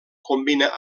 combina